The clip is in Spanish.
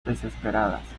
desesperadas